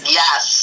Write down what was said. yes